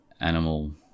animal